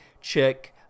check